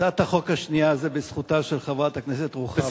הצעת החוק השנייה היא בזכותה של חברת הכנסת רוחמה.